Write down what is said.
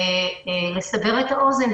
לסבר את האוזן,